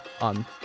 on